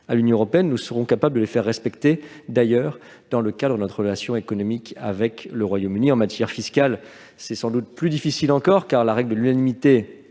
à l'Union européenne, nous serons capables de les faire respecter dans le cadre de notre relation économique avec le Royaume-Uni. En matière fiscale, c'est sans doute plus difficile encore, car la règle de l'unanimité